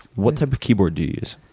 what type of keyboard to you use?